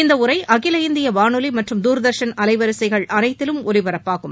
இந்த உரை அகில இந்திய வானொலி மற்றும் தூர்தர்ஷன் அலைவரிசைகள் அனைத்திலும் ஒலிபரப்பாகும்